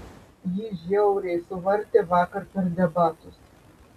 jį žiauriai suvartė vakar per debatus